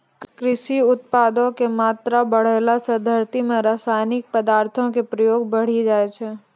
कृषि उत्पादो के मात्रा बढ़ैला से धरती मे रसायनिक पदार्थो के प्रयोग बढ़ि जाय छै